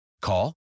Call